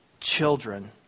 children